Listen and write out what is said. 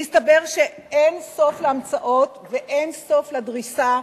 מסתבר שאין סוף להמצאות, ואין סוף לדריסה,